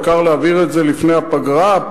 העיקר להעביר את זה לפני הפגרה,